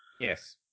Yes